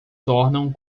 tornam